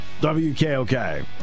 WKOK